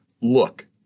look